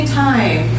time